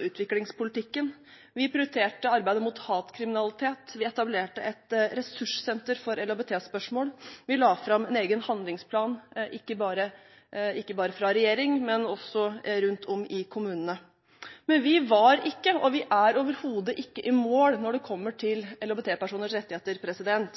utviklingspolitikken. Vi prioriterte arbeidet mot hatkriminalitet. Vi etablerte et ressurssenter for LHBT-spørsmål. Vi la fram en egen handlingsplan, ikke bare fra regjeringen, men også rundt om i kommunene. Vi var ikke, og vi er overhodet ikke i mål når det kommer til LHBT-personers rettigheter.